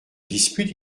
dispute